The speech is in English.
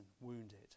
wounded